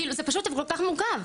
כאילו זה פשוט כל כך מורכב,